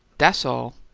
da'ss all!